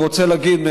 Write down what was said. אני רוצה להגיד,